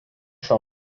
šio